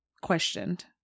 questioned